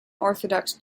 orthodox